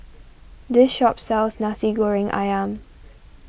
this shop sells Nasi Goreng Ayam